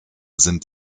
sind